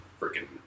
Freaking